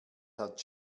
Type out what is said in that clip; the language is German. hat